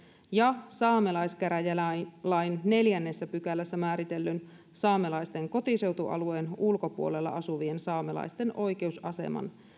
ja saamelaiskäräjälain neljännessä pykälässä määritellyn saamelaisten kotiseutualueen ulkopuolella asuvien saamelaisten oikeusaseman